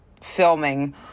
filming